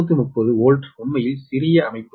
230 volt உண்மையில் சிறிய அமைப்பு